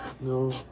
No